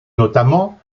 notamment